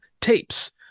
tapes